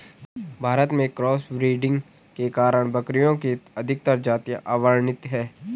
भारत में cross breeding के कारण बकरियों की अधिकतर जातियां अवर्णित है